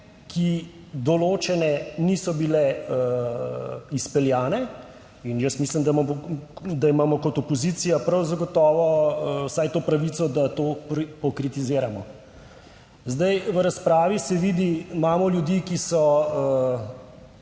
ki določene, niso bile izpeljane in jaz mislim da imamo kot opozicija prav zagotovo vsaj to pravico, da to pokritiziramo. Zdaj, v razpravi se vidi, imamo ljudi, ki so